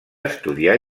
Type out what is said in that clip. estudiar